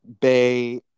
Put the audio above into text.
Bay